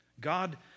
God